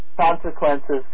consequences